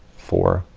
four,